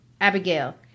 Abigail